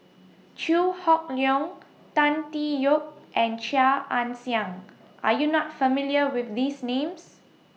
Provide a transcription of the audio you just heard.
Chew Hock Leong Tan Tee Yoke and Chia Ann Siang Are YOU not familiar with These Names